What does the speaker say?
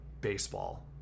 baseball